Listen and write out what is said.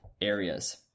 areas